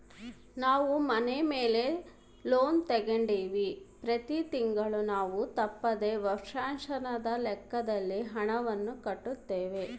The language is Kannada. ನಾವು ಮನೆ ಲೋನ್ ತೆಗೆದುಕೊಂಡಿವ್ವಿ, ಪ್ರತಿ ತಿಂಗಳು ನಾವು ತಪ್ಪದೆ ವರ್ಷಾಶನದ ಲೆಕ್ಕದಲ್ಲಿ ಹಣವನ್ನು ಕಟ್ಟುತ್ತೇವೆ